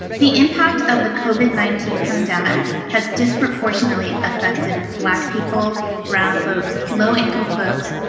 the impact of the covid nineteen pandemic has disproportionately affected black people, brown folks, low-income folks,